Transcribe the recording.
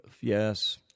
Yes